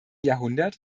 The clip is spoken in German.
jahrhundert